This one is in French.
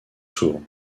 sourds